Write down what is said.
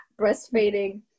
breastfeeding